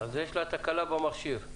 יש לה תקלה במכשיר.